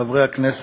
תודה, חברי הכנסת,